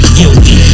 guilty